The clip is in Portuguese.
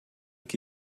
que